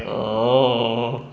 oh